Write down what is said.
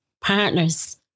partners